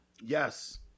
Yes